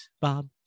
Bob